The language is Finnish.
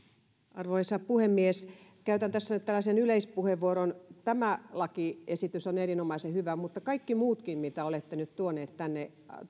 arvoisa puhemies käytän tässä nyt tällaisen yleispuheenvuoron tämä lakiesitys on erinomaisen hyvä kuten kaikki muutkin mitä olette nyt tuoneet tänne